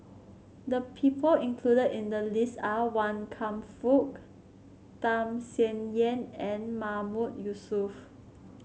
the people included in the list are Wan Kam Fook Tham Sien Yen and Mahmood Yusof